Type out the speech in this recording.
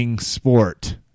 sport